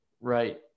Right